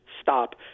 stop